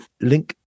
Link